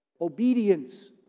obedience